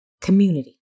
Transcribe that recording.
community